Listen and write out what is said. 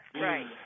right